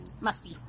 Musty